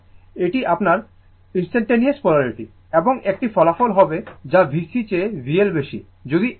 সুতরাং এটি আপনার ইনস্টানটানেওয়াস পোলারিটি এবং একটি ফলাফল হবে যা VC চেয়ে VL বেশি